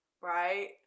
Right